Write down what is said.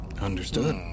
Understood